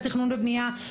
על תכנון ובנייה,